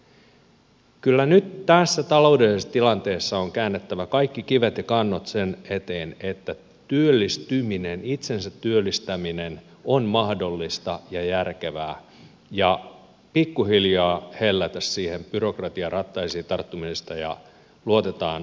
kyllä nyt tässä taloudellisessa tilanteessa on käännettävä kaikki kivet ja kannot sen eteen että työllistyminen itsensä työllistäminen on mahdollista ja järkevää ja pikkuhiljaa hellätään siitä byrokratian rattaisiin tarttumisesta ja luotetaan kansaan